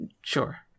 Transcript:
Sure